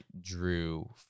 drew